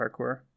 parkour